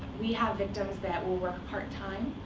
we have victims that will work part time,